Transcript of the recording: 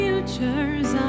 Future's